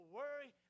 worry